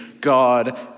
God